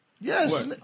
Yes